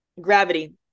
Gravity